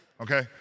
okay